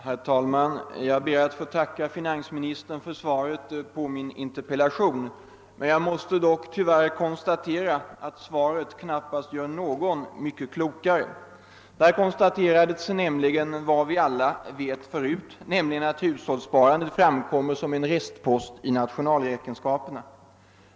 Herr talman! Jag ber att få tacka finansministern för svaret på min interpellation, men jag måste tyvärr konstatera att detta svar knappast gör någon klokare. Där konstateras nämligen vad vi alla redan vet, nämligen att hushållssparandet framkommer som en restpost i nationalräkenskaperna.